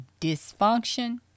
dysfunction